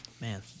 Man